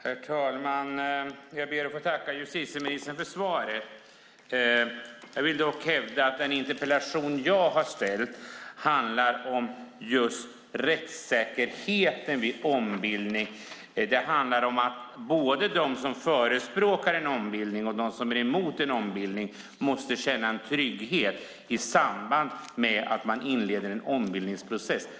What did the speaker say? Herr talman! Jag ber att få tacka justitieministern för svaret. Jag vill dock hävda att den interpellation jag har ställt handlar om just rättssäkerheten vid ombildning. Det handlar om att både de som förespråkar en ombildning och de som är emot en ombildning måste känna en trygghet i samband med att man inleder en ombildningsprocess.